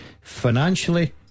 financially